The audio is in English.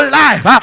life